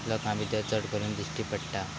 लोकां भितर चड करून दिश्टी पडटा